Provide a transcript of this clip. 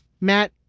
Matt